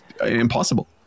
impossible